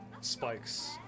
spikes